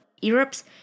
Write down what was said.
Europe's